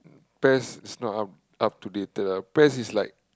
Pes is not up up to dated Pes is like